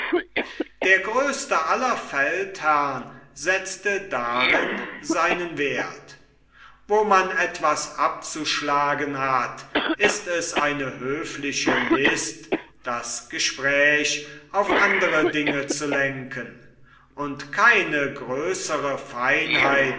der größte aller feldherren setzte darin seinen werth wo man etwas abzuschlagen hat ist es eine höfliche list das gespräch auf andere dinge zu lenken und keine größre feinheit